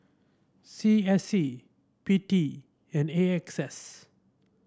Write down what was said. C S C P T and A X S